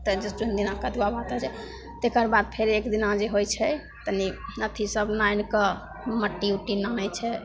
तऽ जौन दिना कदुआ भात होइ छै तकर बाद फेर एक दिना जे होइ छै तनि अथी सब आनिके मट्टी उट्टी आनै छै